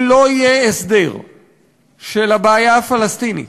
אם לא יהיה הסדר של הבעיה הפלסטינית,